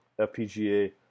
FPGA